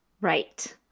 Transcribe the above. right